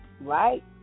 Right